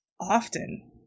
Often